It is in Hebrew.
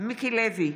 מיקי לוי,